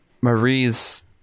Marie's